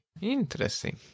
Interesting